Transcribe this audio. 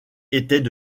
étaient